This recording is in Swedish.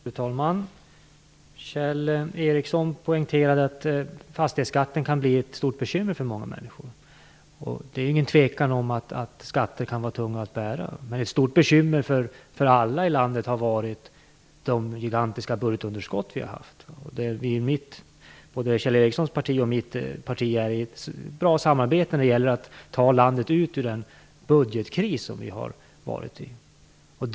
Fru talman! Kjell Ericsson poängterade att fastighetsskatten kan bli ett stort bekymmer för många människor, och det är inget tvivel om att skatter kan vara tunga att bära. Men ett stort bekymmer för alla i landet har varit de gigantiska budgetunderskott vi har haft, och både Kjell Ericssons parti och mitt parti har ett bra samarbete när det gäller att ta landet ur den budgetkris som vi har varit i.